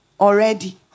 already